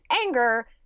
anger